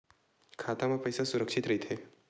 खाता मा पईसा सुरक्षित राइथे?